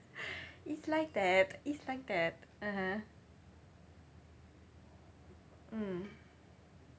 it's like that it's like that (uh huh) mm